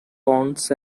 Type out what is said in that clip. ponds